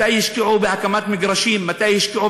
מתי השקיעו בהקמת מגרשים?